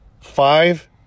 Five